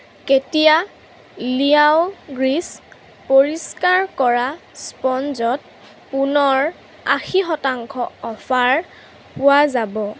কেতিয়া লিআও গ্ৰীজ পৰিস্কাৰ কৰা স্পঞ্জত পুনৰ আশী শতাংশ অফাৰ পোৱা যাব